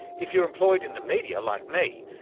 if you're employed in the media like me,